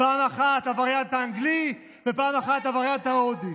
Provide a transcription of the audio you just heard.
פעם אחת הווריאנט האנגלי ופעם אחת הווריאנט ההודי.